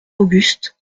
auguste